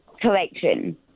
collection